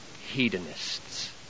hedonists